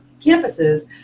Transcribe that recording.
campuses